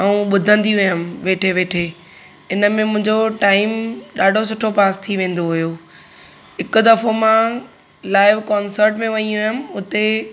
ऐं ॿुधंदी हुयमि वेठे वेठे इन में मुंहिंजो टाइम ॾाढो सुठो पास थी वेंदो हुयो हिकु दफ़ो मां लाइव कॉन्सर्ट में वई हुयमि हुते